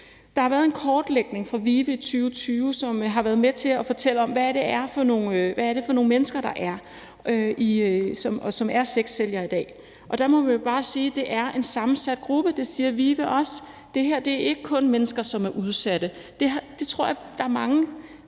Der har været en kortlægning fra VIVE i 2020, som har været med til at fortælle om, hvad det er for nogle mennesker, som er sexsælgere i dag, og der må vi jo bare sige, at det er en sammensat gruppe, og det siger VIVE også. Jeg tror, der er mange, som i årevis har gået og troet, at det her primært